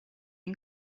این